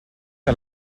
que